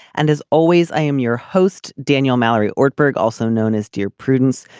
and as always i am your host. daniel mallory ort berg also known as dear prudence.